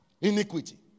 Iniquity